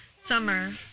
Summer